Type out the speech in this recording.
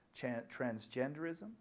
transgenderism